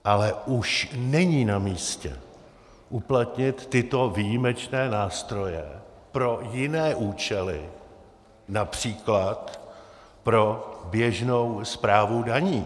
Ale už není namístě uplatnit tyto výjimečné nástroje pro jiné účely, například pro běžnou správu daní.